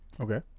Okay